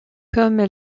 comme